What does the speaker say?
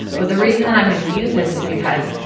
but, the reason and i'm gonna use this is because